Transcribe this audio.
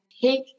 take